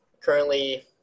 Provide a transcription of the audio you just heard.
currently